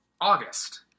august